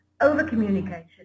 over-communication